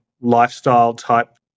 lifestyle-type